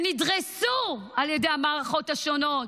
ונדרסו על ידי המערכות השונות,